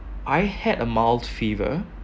I had a mild fever